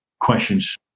questions